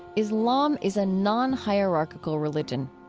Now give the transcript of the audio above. islam is a non-hierarchical religion.